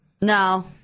No